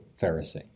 Pharisee